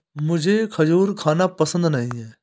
मुझें खजूर खाना पसंद नहीं है